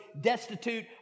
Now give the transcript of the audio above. destitute